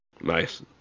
Nice